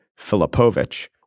Filipovich